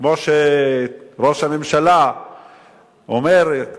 כמו שראש הממשלה אומר: